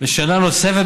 בשנה נוספת,